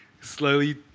slowly